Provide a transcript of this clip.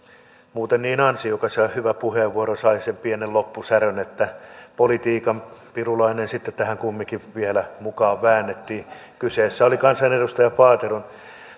muuten niin ansiokas ja hyvä puheenvuoro sai sen pienen loppusärön että politiikan pirulainen sitten tähän kumminkin vielä mukaan väännettiin kyseessä oli kansanedustaja paateron